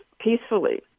peacefully –